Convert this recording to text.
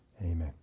Amen